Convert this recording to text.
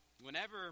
whenever